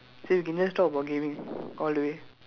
so we can just talk about gaming all the way